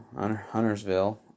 Huntersville